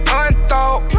unthought